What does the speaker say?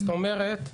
זאת אומרת,